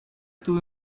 tuve